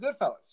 Goodfellas